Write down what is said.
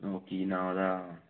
ਉਹ ਕੀ ਨਾਮ ਉਹਦਾ